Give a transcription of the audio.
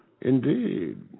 Indeed